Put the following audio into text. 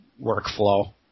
workflow